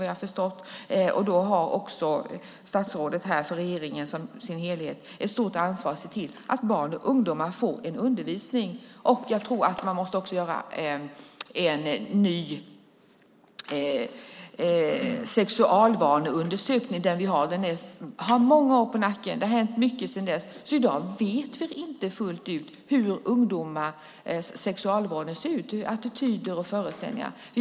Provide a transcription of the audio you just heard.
Därför har statsrådet här som representant för regeringen i dess helhet ett stort ansvar för att se till att barn och ungdomar får en undervisning. Jag tror också att man måste göra en ny sexualvaneundersökning. Den vi har nu har många år på nacken. Det har hänt mycket sedan dess, så i dag vet vi inte fullt ut hur ungdomars sexualvanor ser ut och vilka attityder och föreställningar de har.